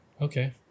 okay